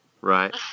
Right